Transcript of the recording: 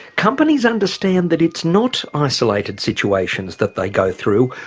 companies understand that it's not isolated situations that they go through.